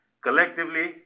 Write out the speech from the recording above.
Collectively